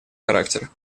характер